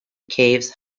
caves